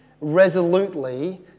resolutely